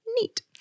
neat